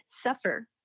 suffer